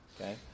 Okay